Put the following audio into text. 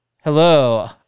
hello